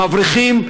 מבריחים לעזה,